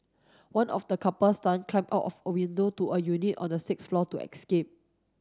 one of the couple's son climbed out of the window to a unit on the sixth floor to escape